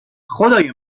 خدای